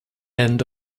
end